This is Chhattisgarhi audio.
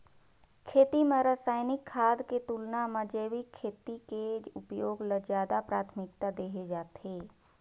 खेती म रसायनिक खाद के तुलना म जैविक खेती के उपयोग ल ज्यादा प्राथमिकता देहे जाथे